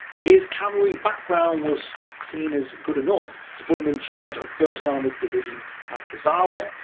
his cavalry background was seen as good enough to put him in charge of first armoured division at gazala,